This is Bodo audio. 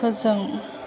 फोजों